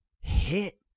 hit